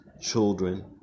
children